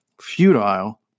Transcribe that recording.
futile